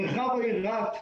מרחב העיר רהט,